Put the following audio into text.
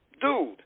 Dude